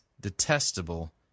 detestable